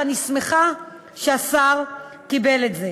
ואני שמחה שהשר קיבל את זה.